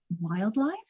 wildlife